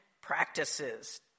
practices